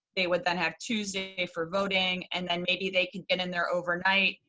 they would then have tuesday for voting and then maybe they can get in there overnight,